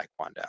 taekwondo